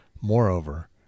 Moreover